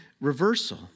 reversal